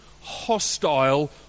hostile